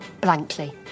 blankly